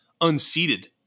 unseated